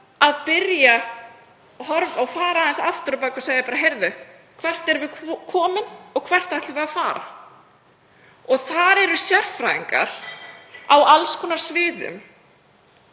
kannski að fara aðeins aftur á bak og segja: Heyrðu, hvert erum við komin og hvert ætlum við að fara? Þar eru sérfræðingar á alls konar sviðum,